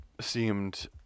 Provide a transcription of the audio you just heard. seemed